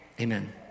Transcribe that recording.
Amen